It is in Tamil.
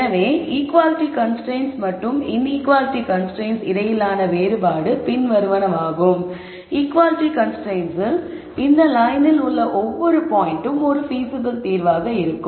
எனவே ஈகுவாலிட்டி கன்ஸ்ரைன்ட்ஸ் மற்றும் இன்ஈக்குவாலிட்டி கன்ஸ்ரைன்ட்ஸ் இடையிலான வேறுபாடு பின் வருவனவாகும் ஈகுவாலிட்டி கன்ஸ்ரைன்ட்ஸில் இந்த லயனில் உள்ள ஒவ்வொரு பாயின்ட்டும் ஒரு பீசிபிள் தீர்வாக இருக்கும்